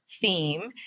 Theme